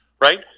Right